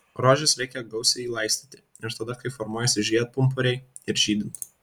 rožes reikia gausiai laistyti ir tada kai formuojasi žiedpumpuriai ir žydint